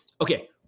okay